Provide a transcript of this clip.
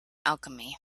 alchemy